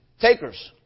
Takers